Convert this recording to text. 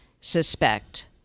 suspect